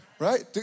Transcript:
right